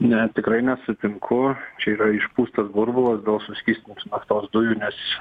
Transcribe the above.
ne tikrai nesutinku čia yra išpūstas burbulas dėl suskystintų naftos dujų nes